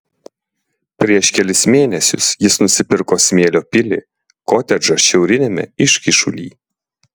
prieš kelis mėnesius jis nusipirko smėlio pilį kotedžą šiauriniame iškyšuly